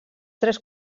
tres